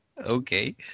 Okay